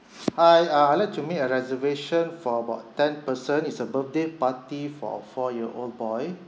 hi uh I'd like to make a reservation for about ten person it's a birthday party for a four year old boy